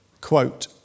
Quote